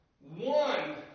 one